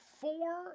four